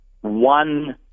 one